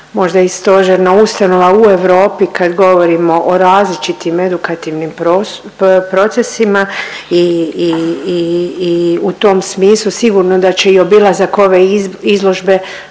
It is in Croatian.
možda i stožerna ustanova u Europi kad govorimo o različitim edukativnim procesima i u tom smislu sigurno da će i obilazak ove izložbe